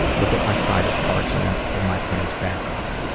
look at my private parts, and and pull my pants back up.